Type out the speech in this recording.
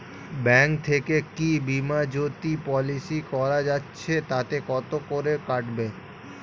Bank থেকে কী বিমাজোতি পলিসি করা যাচ্ছে তাতে কত করে কাটবে?